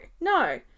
no